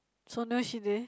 so nyeo si dae